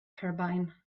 turbine